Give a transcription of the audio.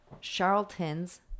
Charlton's